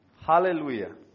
hallelujah